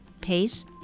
pace